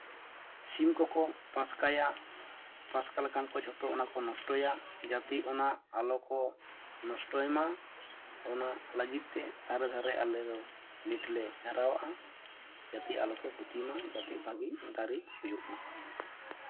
ᱥᱤᱢ ᱠᱚᱠᱚ ᱯᱟᱥᱠᱟᱭᱟ ᱯᱟᱥᱠᱟ ᱞᱮᱠᱷᱟᱱ ᱠᱚ ᱡᱚᱛᱚ ᱚᱱᱟ ᱠᱚ ᱱᱚᱥᱴᱚᱭᱟ ᱡᱟᱛᱮ ᱚᱱᱟ ᱟᱞᱚ ᱠᱚ ᱱᱚᱥᱴᱚᱭ ᱢᱟ ᱚᱱᱟ ᱞᱟᱹᱜᱤᱫ ᱛᱮ ᱫᱷᱟᱨᱮ ᱫᱷᱟᱨᱮ ᱟᱞᱮ ᱫᱚ ᱱᱮᱹᱴ ᱞᱮ ᱜᱷᱮᱨᱟᱣᱟᱜᱼᱟ ᱡᱟᱛᱮ ᱟᱞᱚ ᱠᱚ ᱠᱷᱚᱛᱤ ᱢᱟ ᱡᱟᱛᱮ ᱵᱷᱟᱹᱜᱤ ᱫᱟᱨᱮ ᱦᱩᱭᱩᱜ ᱢᱟ